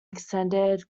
extended